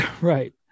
Right